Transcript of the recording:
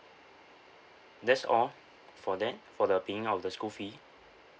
that's all for that for the paying out the school fee